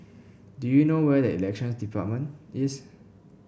do you know where is Elections Department